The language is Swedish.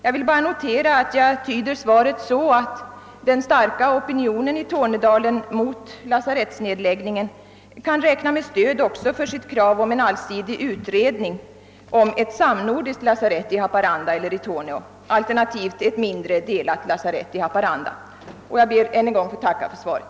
Jag vill bara säga att jag tyder svaret så att den starka opinion i Tornedalen, som uppstått mot lasarettsnedläggningen, kan räkna med stöd för sitt krav på en allsidig utredning om ett samnordiskt lasarett i Haparanda eller Torneå, alternativt ett mindre, delat lasarett i Haparanda. Jag ber ännu en gång att få tacka för svaret.